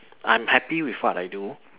I'm happy with what I do